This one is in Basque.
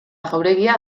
jauregia